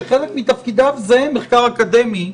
שחלק מתפקידו זה מרכז אקדמי,